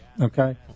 okay